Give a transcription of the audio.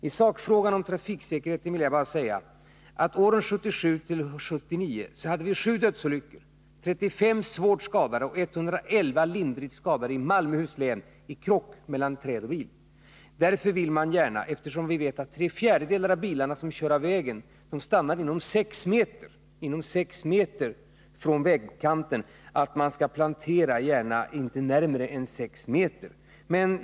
I sakfrågan om trafiksäkerheten vill jag bara säga att åren 1977-1979 hade vi i Malmöhus län 7 dödsolyckor, 35 svårt skadade och 111 lindrigt skadade i krock med bil mot träd. Därför vill man gärna — eftersom man vet att tre fjärdedelar av de bilar som kör av vägen stannar inom sex meter från vägkanten — att träd inte planteras närmare vägen än sex meter.